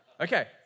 Okay